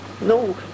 no